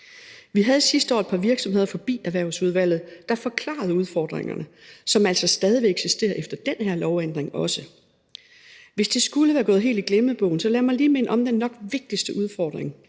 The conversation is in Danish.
Vi havde sidste år et par virksomheder forbi Erhvervsudvalget, der forklarede udfordringerne, som altså stadig vil eksistere, også efter den her lovændring. Hvis det skulle være gået helt i glemmebogen, lad mig lige minde om den nok vigtigste udfordring,